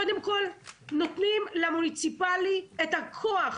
קודם כול נותנים למוניציפלי את הכוח,